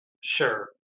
Sure